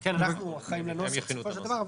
אנחנו אחראים לנוסח בסופו של דבר.